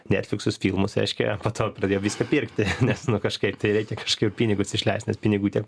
netfliksus filmus reiškia po to pradėjo viską pirkti nes nu kažkaip tai reikia kažkaip pinigus išleist nes pinigų tiek